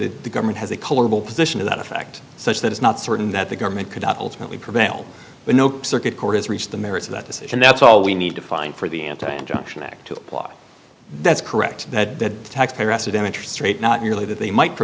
that the government has a colorable position to that effect such that it's not certain that the government could ultimately prevail but nope circuit court has reached the merits of that decision that's all we need to find for the anti injunction act to block that's correct that the taxpayer hassidim interest rate not merely that they might